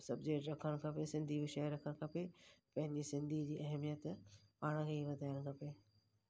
subject रखणु खपे सिंधी विषय रखणु खपे पंहिंजी सिंधीअ जी अहमियत पाण खे ई वधाइणु खपे